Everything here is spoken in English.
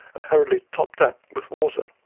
and hurriedly topped up with water.